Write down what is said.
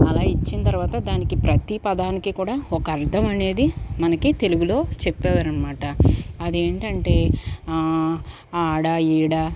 అలా ఇచ్చిన తర్వాత దానికి ప్రతి పదానికి కూడా ఒక అర్థం అనేది మనకి తెలుగులో చెప్పేవారు అనమాట అదేంటంటే ఆడ ఈడ